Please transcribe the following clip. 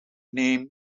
named